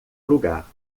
lugar